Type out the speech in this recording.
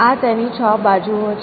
આ તેની છ બાજુઓ છે